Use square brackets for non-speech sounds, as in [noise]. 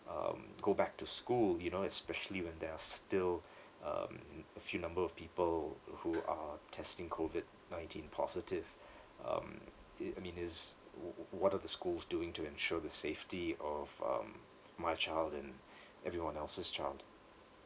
um go back to school you know especially when there are still [breath] um a few number of people who are testing COVID nineteen positive [breath] um it I mean is w~ w~ what are the schools doing to ensure the safety of um my child and [breath] everyone else's child